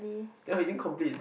ya he din complete